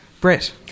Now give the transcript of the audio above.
Brett